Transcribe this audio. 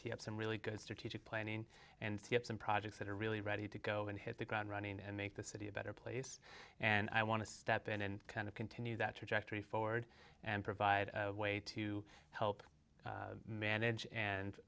have some really good strategic planning and some projects that are really ready to go and hit the ground running and make the city a better place and i want to step in and kind of continue that trajectory forward and provide a way to help manage and